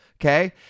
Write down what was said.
Okay